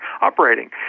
operating